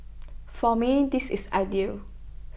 for me this is ideal